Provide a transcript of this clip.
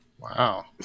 wow